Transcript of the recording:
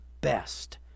Best